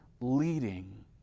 leading